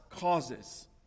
causes